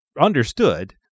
understood